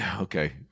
okay